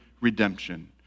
redemption